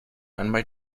einmal